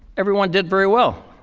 everyone did very well.